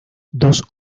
dos